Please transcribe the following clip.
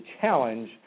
challenge